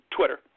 Twitter